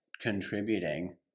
contributing